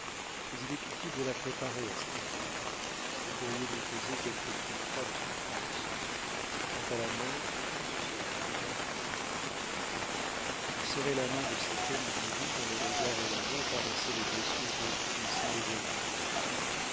mais il est utile de la préparer à cette entrevue vous pourriez lui causer quelque surcroît de souffrance quant à la mort ce serait un bienfait je serrai la main de cet homme divin dont le regard et la voix caressaient les blessures d'autrui sans les aviver